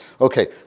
Okay